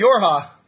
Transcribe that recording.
Yorha